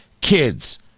kids